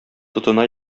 тотына